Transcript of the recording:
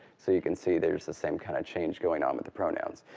so you can see there's the same kind of change going on with the pronouns.